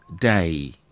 day